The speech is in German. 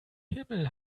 himmel